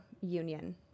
union